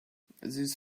this